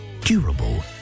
durable